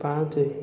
ପାଞ୍ଚ